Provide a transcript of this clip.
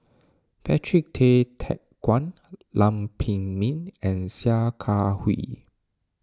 Patrick Tay Teck Guan Lam Pin Min and Sia Kah Hui